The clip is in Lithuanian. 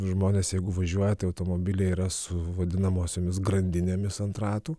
žmonės jeigu važiuoja tai automobiliai yra su vadinamosiomis grandinėmis ant ratų